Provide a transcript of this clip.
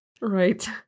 right